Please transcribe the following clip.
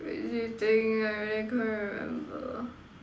crazy thing I really can't remember